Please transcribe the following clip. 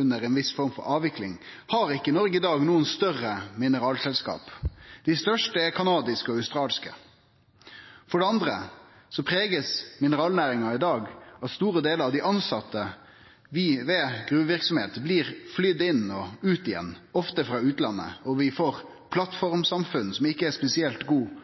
under ei viss form for avvikling, har ikkje Noreg i dag noko større mineralselskap. Dei største er kanadiske og australske. For det andre blir mineralnæringa i dag prega av at store delar av dei tilsette ved gruveverksemda blir flogne inn og ut igjen – ofte frå utlandet – og vi får plattformsamfunn som ikkje er noka spesiell god